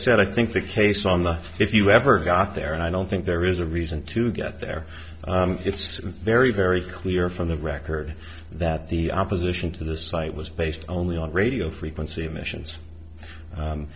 said i think the case on the if you ever got there and i don't think there is a reason to get there it's very very clear from the record that the opposition to the site was based only on radio frequency emissions